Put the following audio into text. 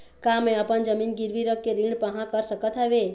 का मैं अपन जमीन गिरवी रख के ऋण पाहां कर सकत हावे?